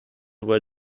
were